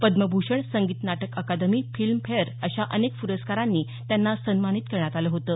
Padma Bhushan Sangeet Natak Akademi Filmfare अशा अनेक पुरस्कारांनी त्यांना सन्मानित करण्यात आलं होतं